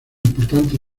importante